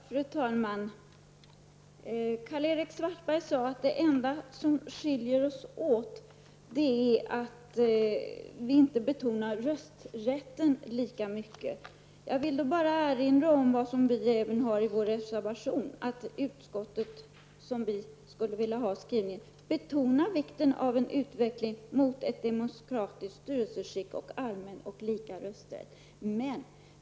Fru talman! Karl-Erik Svartberg sade att det enda som skiljer oss åt är att vi inte betonar rösträtten lika mycket. Jag vill då erinra om den formulering vi har i vår reservation: ''Utskottet betonar vikten av en utveckling mot ett demokratiskt styrelseskick och en allmän och lika rösträtt.''